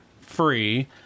free